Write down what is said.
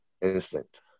instinct